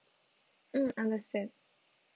mm understand